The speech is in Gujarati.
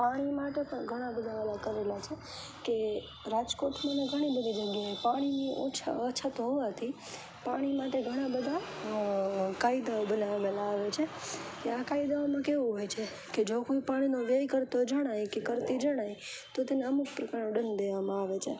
પાણી માટે પણ ઘણાં બધાં આવા કરેલા છે કે રાજકોટ મને ઘણી બધી જગ્યાએ પાણીની ઓછા અછત હોવાથી પાણી માટે ઘણાં બધાં કાયદાઓ બના બનાવવામાં આવે છે કે આ કાયદાઓમાં કેવું હોય છે કે જો કોઈ પાણીનો વ્યય કરતો જણાય કે કરતી જણાય તો તેને અમુક પ્રકારનો દંડ દેવામાં આવે છે